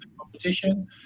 competition